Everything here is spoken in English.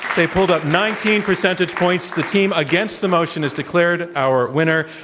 they pulled up nineteen percentage points. the team against the motion is declared our winner.